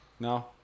No